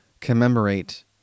commemorate